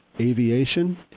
Aviation